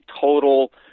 total